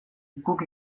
guk